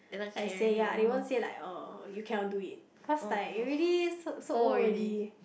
like say ya they won't say like oh you cannot do it cause like you already so so old already